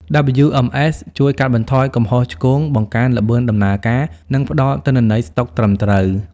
WMS ជួយកាត់បន្ថយកំហុសឆ្គង បង្កើនល្បឿនដំណើរការ និងផ្តល់ទិន្នន័យស្តុកត្រឹមត្រូវ។